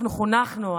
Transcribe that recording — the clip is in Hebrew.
אנחנו חונכנו,